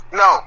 no